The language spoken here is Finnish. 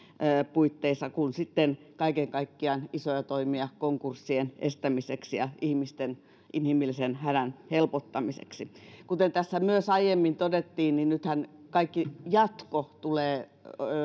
puitteissa kuin sitten kaiken kaikkiaan isoja toimia konkurssien estämiseksi ja ihmisten inhimillisen hädän helpottamiseksi kuten tässä myös aiemmin todettiin niin nythän kaikki jatko tulee